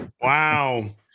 Wow